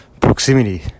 proximity